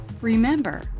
Remember